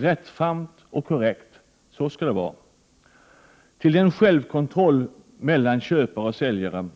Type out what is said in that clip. Den skall vara rättfram och korrekt. Till denna självkontroll mellan köpare och säljare